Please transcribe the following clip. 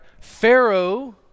Pharaoh